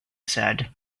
said